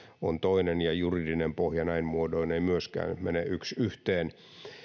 on toinen ja juridinen pohja näin muodoin ei myöskään mene yksi yhteen